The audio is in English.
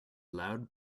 loud